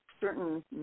certain